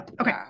Okay